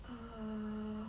err